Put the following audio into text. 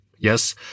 Yes